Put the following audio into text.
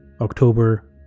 October